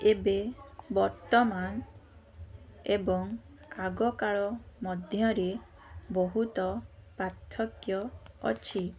ଏବେ ବର୍ତ୍ତମାନ ଏବଂ ଆଗକାଳ ମଧ୍ୟରେ ବହୁତ ପାର୍ଥକ୍ୟ ଅଛି